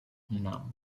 enam